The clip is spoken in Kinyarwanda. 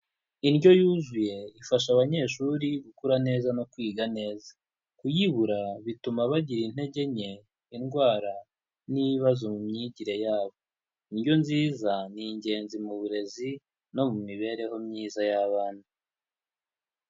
Indyo yuzuye ifasha abanyeshuri gukura neza no kwiga neza, kuyibura bituma bagira intege nke, indwara n'ibibazo mu myigire yabo, indyo nziza ni ingenzi mu burezi no mu mibereho myiza y'abana.